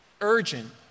urgent